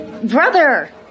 brother